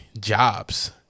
jobs